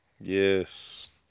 Yes